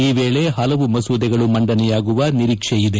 ಈ ವೇಳೆ ಹಲವು ಮಸೂದೆಗಳು ಮಂಡನೆಯಾಗುವ ನಿರೀಕ್ಷೆ ಇದೆ